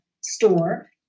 store